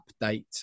update